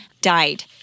died